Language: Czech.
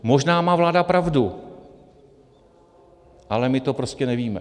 Možná má vláda pravdu, ale my to prostě nevíme.